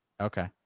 okay